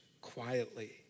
quietly